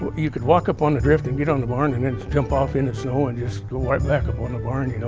but you could walk up on a drift and get on the barn and then jump off in the snow, so and just go right back up on the barn. you know